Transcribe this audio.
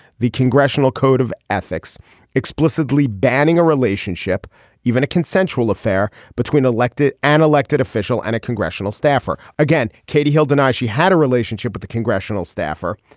the congressional code of ethics explicitly banning a relationship even a consensual affair between elected an elected official and a congressional staffer. again katie hill denies she had a relationship with a congressional staffer.